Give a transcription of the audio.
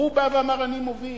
והפעם הוא בא ואמר: אני מוביל.